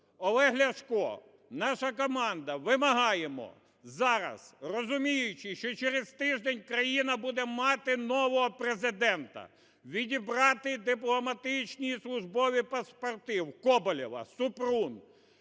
Олег Ляшко, наша команда, вимагаємо зараз, розуміючи, що через тиждень країна буде мати нового Президента, відібрати дипломатичні і службові паспорти вКоболєва, Супрун,